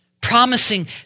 promising